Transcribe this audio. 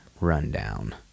rundown